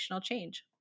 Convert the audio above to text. change